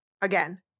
Again